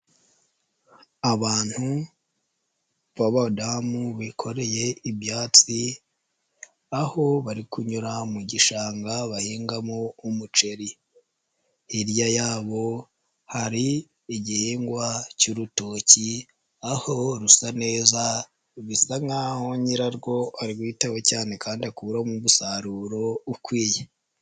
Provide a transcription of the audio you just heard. Abantu b'abadamu bikoreye ibyatsi aho bari kunyura mu gishanga bahingamo umuceri, hirya yabo hari igihingwa cy'urutoki aho rusa neza bisa nk'aho nyira rwo arwitaho cyane kandi akuramo umusaruro ukwiye.